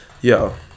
Yo